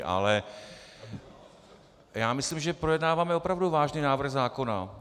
Ale já myslím, že projednáváme opravdu vážný návrh zákona.